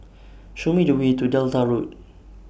Show Me The Way to Delta Road